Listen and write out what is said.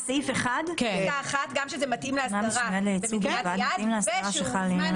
גם כשזה מתאים לאסדרה במדינת היעד ושהוא ממומן